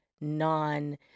non